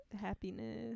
happiness